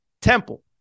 Temple